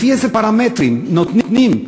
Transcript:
לפי איזה פרמטרים נותנים?